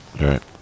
Right